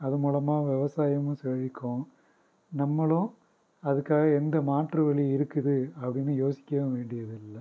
அது மூலமாக விவசாயமும் செழிக்கும் நம்மளும் அதுக்காக எந்த மாற்று வழி இருக்குது அப்படினு யோசிக்கவும் வேண்டியது இல்லை